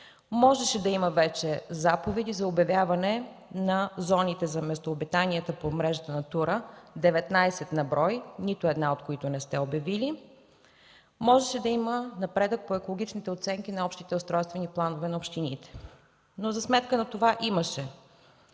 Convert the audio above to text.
можеше да има вече заповеди за обявяване на зоните за местообитанието по мрежа „Натура”, 19 на брой, нито една от които не сте обявили, можеше да има напредък по екологичните оценки на общите устройствени планове на общините. Но за сметка на това имаше